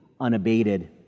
unabated